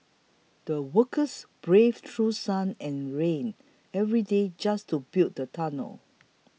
the workers braved through sun and rain every day just to build the tunnel